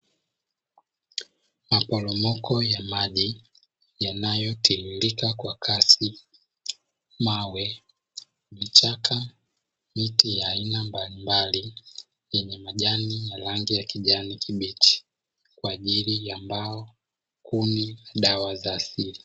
Maporomoko ya maji yanayotiririka kwa kasi, mawe, vichaka, miti ya aina mbalimbali na majani ya rangi ya kijani kibichi; kwa ajili ya mbao, kuni, dawa za asili.